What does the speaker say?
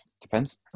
Depends